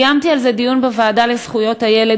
קיימתי על זה דיון בוועדה לזכויות הילד,